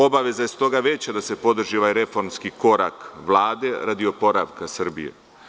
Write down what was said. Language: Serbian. Obaveza je zato veća da se podrži ovaj reformski korak Vlade radi oporavka Srbije.